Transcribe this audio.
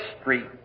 Street